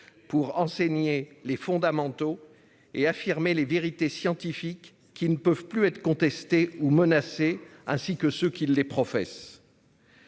Pour enseigner les fondamentaux et affirmé les vérités scientifiques qui ne peuvent plus être contestée ou menacés ainsi que ceux qui les professent.